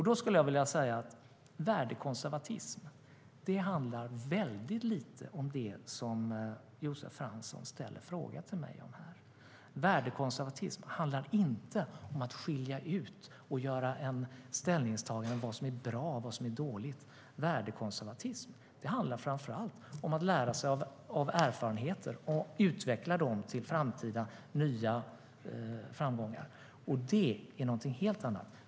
Då vill jag säga att värdekonservatism handlar väldigt lite om det som Josef Fransson frågade mig om. Värdekonservatism handlar inte om att skilja ut och bestämma vad som är bra och vad som är dåligt. Värdekonservatism handlar framför allt om att lära sig av erfarenheter och utveckla dem för framtida nya framgångar, och det är någonting helt annat.